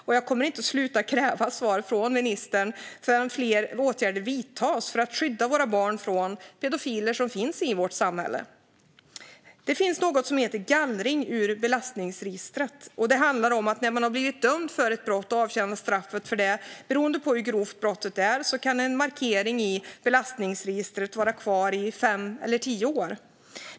Och jag kommer inte att sluta kräva svar från ministern förrän fler åtgärder vidtas för att skydda våra barn från pedofiler som finns i vårt samhälle. Det finns något som heter gallring ur belastningsregistret. Det innebär att när man har blivit dömd för ett brott och avtjänat sitt straff för det kan en markering i belastningsregistret vara kvar fem eller tio år, beroende på hur grovt brottet är.